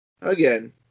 again